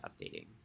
updating